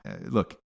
look